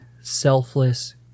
selfless